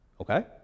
Okay